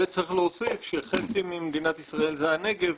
וצריך להוסיף שחצי ממדינת ישראל זה הנגב,